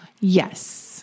Yes